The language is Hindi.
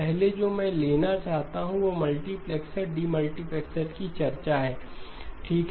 पहले जो मैं लेना चाहूंगा वह मल्टीप्लेक्सर डीम्टिलीप्लेक्सर की चर्चा है ठीक